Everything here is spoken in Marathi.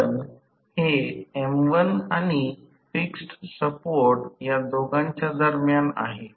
सर्किट नंतर आकृती 13 मध्ये कमी होते ज्यामध्ये VThevenin ला संदर्भ व्होल्टेज म्हणून घेणे सोयीचे आहे